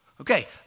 Okay